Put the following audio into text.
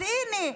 אז הינה,